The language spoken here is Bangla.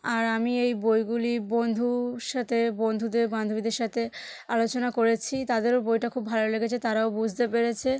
আর আমি এই বইগুলি বন্ধু সাথে বন্ধুদের বান্ধবীদের সাথে আলোচনা করেছি তাদেরও বইটা খুব ভালো লেগেছে তারাও বুঝতে পেরেছে